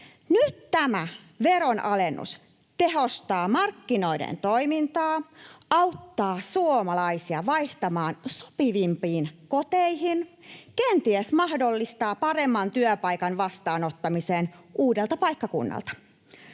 Nyt tämä veronalennus tehostaa markkinoiden toimintaa, auttaa suomalaisia vaihtamaan sopivimpiin koteihin, kenties mahdollistaa paremman työpaikan vastaanottamisen uudelta paikkakunnalta.